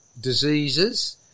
diseases